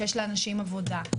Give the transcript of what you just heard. שיש לאנשים עבודה,